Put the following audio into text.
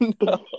No